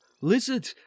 lizard